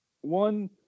one